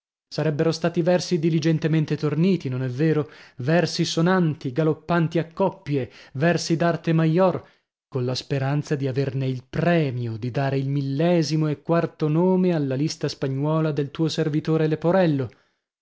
sarebbero stati versi diligentemente torniti non è vero versi sonanti galoppanti a coppie versi d'arte mayor colla speranza di averne il premio di dare il millesimo e quarto nome alla lista spagnuola del tuo servitore leporello